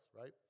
right